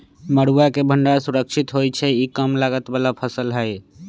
मरुआ के भण्डार सुरक्षित होइ छइ इ कम लागत बला फ़सल हइ